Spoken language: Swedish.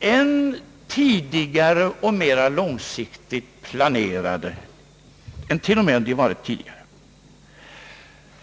än tidigare och mera långsiktigt planerade än de till och med varit förut.